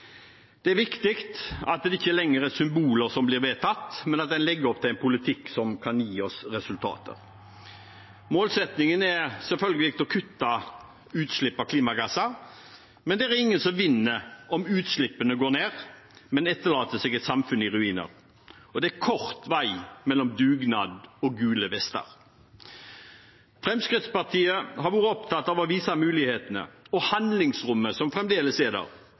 Det er viktig at det ikke lenger er symboler som blir vedtatt, men at en legger opp til en politikk som kan gi oss resultater. Målsettingen er selvfølgelig å kutte utslipp av klimagasser, men det er ingen som vinner om utslippene går ned, men etterlater seg et samfunn i ruiner. Det er kort vei mellom dugnad og gule vester. Fremskrittspartiet har vært opptatt av å vise mulighetene og handlingsrommet som fremdeles er der,